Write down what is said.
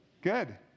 Good